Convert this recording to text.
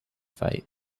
fight